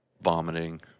vomiting